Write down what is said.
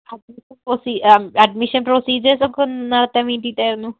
admission admission procedures ഒക്കെ ഒന്ന് നടത്താൻ വേണ്ടിയിട്ടായിരുന്നു